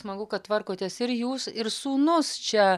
smagu kad tvarkotės ir jūs ir sūnus čia